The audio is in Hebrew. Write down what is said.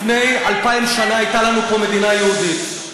לפני אלפיים שנה הייתה לנו פה מדינה יהודית.